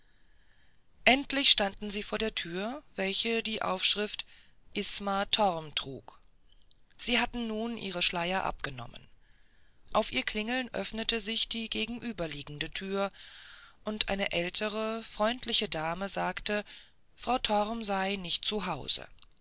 endlich standen sie vor der tür welche die aufschrift isma torm trug sie hatten nun ihre schleier abgenommen auf ihr klingeln öffnete sich die gegenüberliegende tür und eine ältere freundliche dame sagte frau torm sei nicht